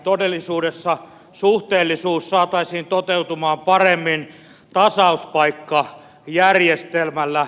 todellisuudessa suhteellisuus saataisiin toteutumaan paremmin tasauspaikkajärjestelmällä